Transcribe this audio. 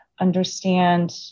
understand